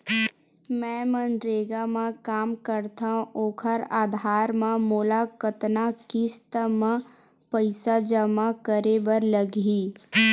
मैं मनरेगा म काम करथव, ओखर आधार म मोला कतना किस्त म पईसा जमा करे बर लगही?